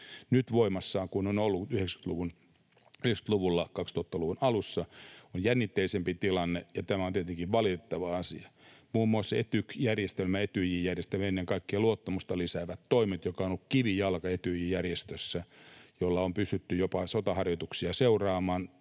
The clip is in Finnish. nyt voimissaan kuin on ollut 90-luvulla, 2000-luvun alussa — on jännitteisempi tilanne, ja tämä on tietenkin valitettava asia. Muun muassa Etyj-järjestelmä — ennen kaikkea luottamusta lisäävät toimet, jotka ovat olleet Etyj-järjestössä se kivijalka, jolla on pystytty jopa sotaharjoituksia seuraamaan,